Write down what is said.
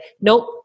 nope